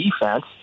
defense